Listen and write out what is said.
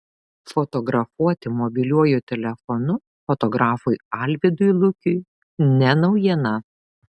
fotografuoti mobiliuoju telefonu fotografui alvydui lukiui ne naujiena